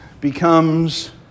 becomes